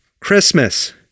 Christmas